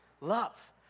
love